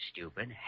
Stupid